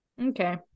Okay